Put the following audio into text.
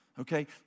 Okay